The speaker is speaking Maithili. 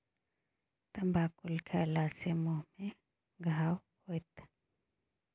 तमाकुल खेला सँ मुँह मे घाह होएत